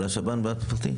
כל השב"ן בפרטי?